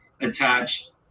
attached